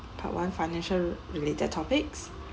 part one financial related topics